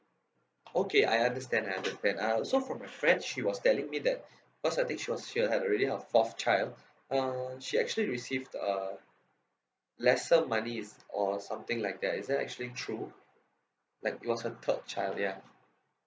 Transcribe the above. okay I understand I understand uh also from my friend she was telling me that cause I think she was she had already her fourth child uh she actually received uh lesser money is or something like that is that actually true like it was her third child ya